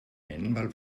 einmal